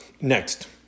next